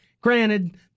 Granted